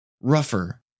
rougher